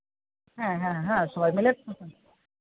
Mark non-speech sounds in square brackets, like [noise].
হ্যাঁ হ্যাঁ হ্যাঁ সবাই মিলে [unintelligible]